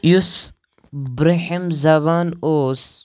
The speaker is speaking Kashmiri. یُس برٛونٛہِم زَمانہٕ اوس